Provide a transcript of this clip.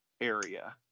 area